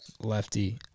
Lefty